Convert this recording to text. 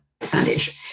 Foundation